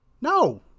No